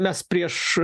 mes prieš